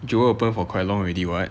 jewel open for quite long already [what]